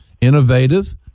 innovative